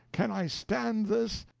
can i stand this!